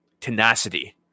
tenacity